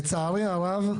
לצערי הרב,